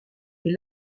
est